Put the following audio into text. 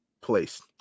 place